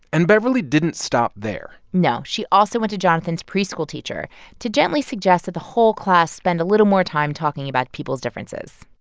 and beverly didn't stop there no. she also went to jonathan's preschool teacher to gently suggest that the whole class spend a little more time talking about people's differences